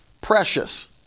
precious